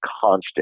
constant